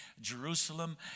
Jerusalem